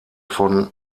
von